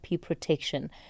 protection